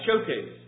showcase